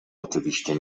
oczywiście